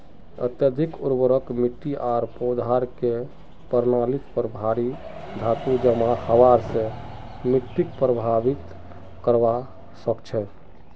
अत्यधिक उर्वरक मिट्टी आर पौधार के प्रणालीत पर भारी धातू जमा हबार स मिट्टीक प्रभावित करवा सकह छह